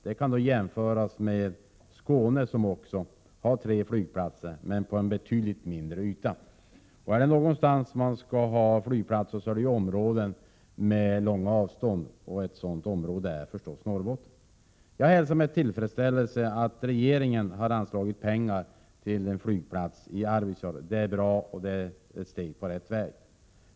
Det kan jämföras med Skåne som också har tre flygplatser, men på betydligt mindre yta. Är det någonstans man skall ha flygplatser så är det i områden med långa avstånd. Ett sådant område är Prot. 1987/88:132 förstås Norrbotten. 2 juni 1988 Jag hälsar med tillfredsställelse att regeringen anslagit pengar till en flygplats i Arvidsjaur. Det är bra och ett steg på rätt väg.